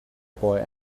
boy